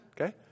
okay